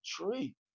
tree